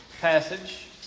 passage